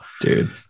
dude